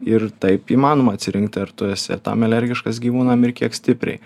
ir taip įmanoma atsirinkti ar tu esi tam alergiškas gyvūnam ir kiek stipriai